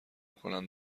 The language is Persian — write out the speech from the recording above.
کنند